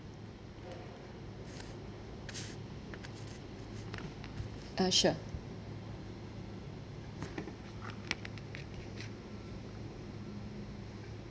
uh sure